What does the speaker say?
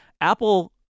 Apple